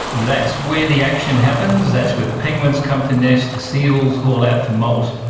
that's where the action happens, that's where the penguins come to nest, the seals haul out to moult,